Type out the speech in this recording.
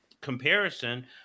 comparison